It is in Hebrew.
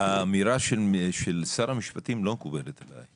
האמירה של שר המשפטים לא מקובלת עלי.